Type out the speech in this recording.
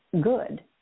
good